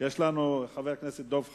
חבר הכנסת דב חנין,